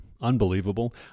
unbelievable